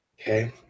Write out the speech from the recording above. Okay